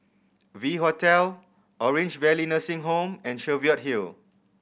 V Hotel Orange Valley Nursing Home and Cheviot Hill